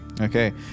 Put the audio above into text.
Okay